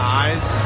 eyes